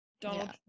donald